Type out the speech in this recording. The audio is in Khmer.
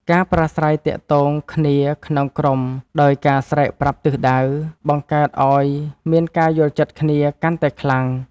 ការប្រាស្រ័យទាក់ទងគ្នាក្នុងក្រុមដោយការស្រែកប្រាប់ទិសដៅ បង្កើតឱ្យមានការយល់ចិត្តគ្នាកាន់តែខ្លាំង។